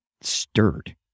stirred